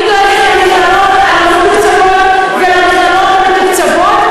אני דואגת למכללות הלא-מתוקצבות ולמכללות המתוקצבות,